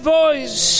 voice